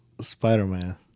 Spider-Man